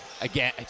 again